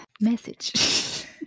message